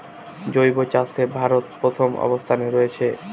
জৈব চাষে ভারত প্রথম অবস্থানে রয়েছে